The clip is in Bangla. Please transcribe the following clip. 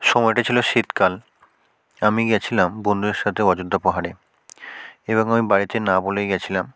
সময়টা ছিল শীতকাল আমি গিয়েছিলাম বন্ধুদের সাথে অযোধ্যা পাহাড়ে এবং আমি বাড়িতে না বলে গিয়েছিলাম